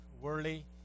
Worley